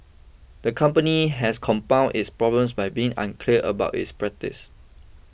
the company has compounded its problems by being unclear about its practices